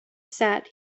sat